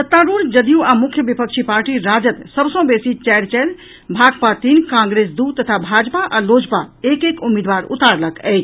सत्तारूढ़ जदयू आ मुख्य विपक्षी पार्टी राजद सभ सॅ बेसी चारि चारि भाकपा तीन कांग्रेस दू तथा भाजपा आ लोजपा एक एक उम्मीदवार उतारलक अछि